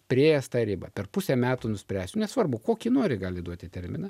priėjęs tą ribą per pusę metų nuspręsiu nesvarbu kokį nori gali duoti terminą